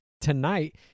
tonight